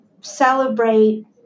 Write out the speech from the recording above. celebrate